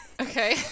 Okay